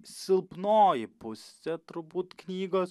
silpnoji pusė turbūt knygos